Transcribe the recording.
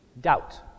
doubt